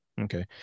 Okay